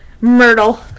myrtle